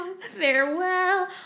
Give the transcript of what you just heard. Farewell